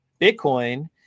Bitcoin